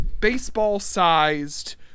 baseball-sized